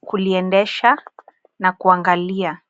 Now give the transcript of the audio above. kuliendesha na kuangalia.